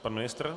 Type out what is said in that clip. Pan ministr?